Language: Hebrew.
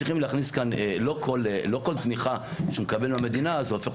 לא כל תמיכה שהוא יקבל מהמדינה זה הופך